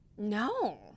no